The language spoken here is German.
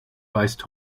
weist